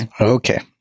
Okay